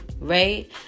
right